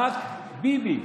רק ביבי.